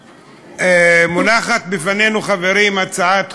במליאה, מונחת בפנינו, חברים, הצעת חוק,